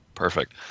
Perfect